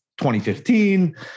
2015